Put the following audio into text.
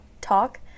talk